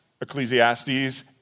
Ecclesiastes